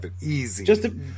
Easy